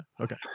Okay